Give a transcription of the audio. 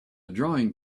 drawing